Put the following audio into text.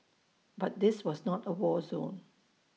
but this was not A war zone